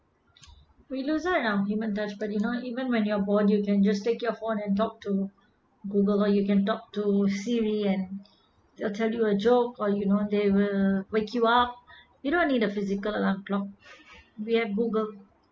we lose out in our human touch but you know even when you're born you can just take your phone and talk to google or you can talk to siri and they'll tell you a joke or you know they will wake you up you don't need a physical around clock we have google